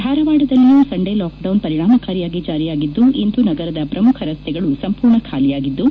ಧಾರವಾಡದಲ್ಲಿಯೂ Sunday lockdown ಪರಿಣಾಮಕಾರಿಯಾಗಿ ಜಾರಿಯಾಗಿದ್ದು ಇಂದು ನಗರದ ಶ್ರಮುಖ ರಸ್ತೆಗಳು ಸಂಪೂರ್ಣ ಖಾಲಿ ಯಾಗಿದ್ದು